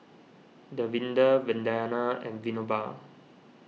Davinder Vandana and Vinoba